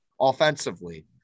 offensively